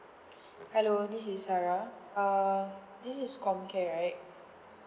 hello this is sarah err this is comcare right